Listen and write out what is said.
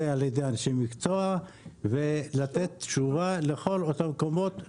על ידי אנשי מקצוע ולתת תשובה לכל אותם מקומות,